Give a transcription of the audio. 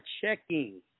checking